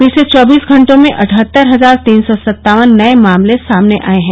पिछले चौबीस घटों में अठहत्तर हजार तीन सौ सत्तावन नये मामले सामने आये हैं